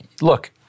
look